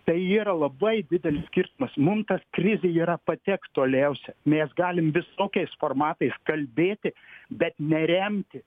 tai yra labai didelis skirtumas mum tas krizė yra pati aktualiausia mes galim visokiais formatais kalbėti bet neremti